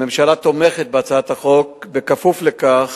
הממשלה תומכת בהצעת החוק כפוף לכך